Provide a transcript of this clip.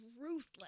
ruthless